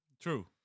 True